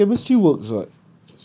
no but the chemistry works [what]